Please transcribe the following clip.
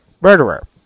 murderer